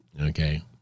Okay